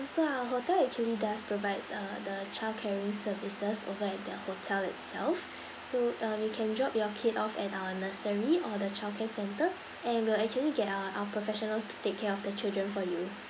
so our hotel actually does provides uh the childcaring services over at the hotel itself so uh you can drop your kid off at our nursery or the childcare centre and we'll actually get uh our professionals to take care of the children for you